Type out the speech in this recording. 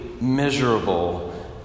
miserable